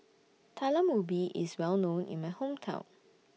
Talam Ubi IS Well known in My Hometown